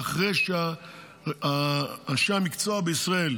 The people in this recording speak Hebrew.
ואחרי שלאנשי המקצוע בישראל